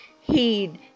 heed